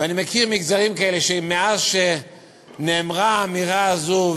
ואני מכיר מגזרים כאלה שמאז שנאמרה האמירה הזאת,